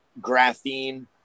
graphene